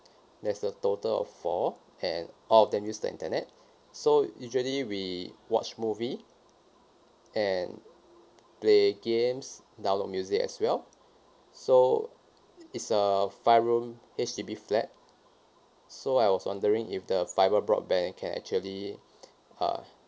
there's a total of four and all of them use the internet so usually we watch movie and play games download music as well so it's a five room H_D_B flat so I was wondering if the fibre broadband can actually uh